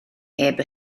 heb